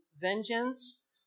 vengeance